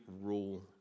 rule